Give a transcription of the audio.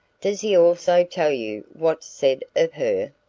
does he also tell you what's said of her?